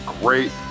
great